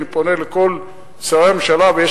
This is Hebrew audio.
אני פונה לכל שרי הממשלה,